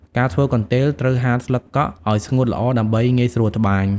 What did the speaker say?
ការធ្វើកន្ទេល ត្រូវហាលស្លឹកកក់ឲ្យស្ងួតល្អដើម្បីងាយស្រួលត្បាញ។